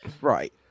Right